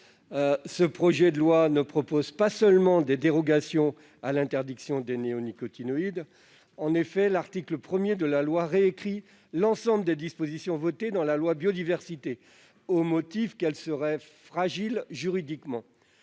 Ce projet de loi ne prévoit pas seulement des dérogations à l'interdiction des néonicotinoïdes : l'article 1 réécrit l'ensemble des dispositions votées dans la loi Biodiversité, au motif qu'elles seraient fragiles juridiquement.